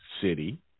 City